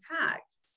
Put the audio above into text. tax